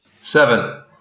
Seven